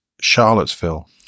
Charlottesville